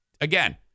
again